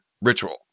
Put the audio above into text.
ritual